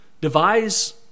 devise